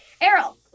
Errol